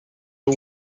the